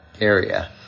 area